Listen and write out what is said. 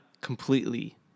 completely